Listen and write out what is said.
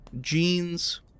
jeans